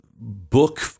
book